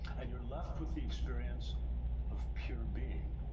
and you're left with the experience of pure being.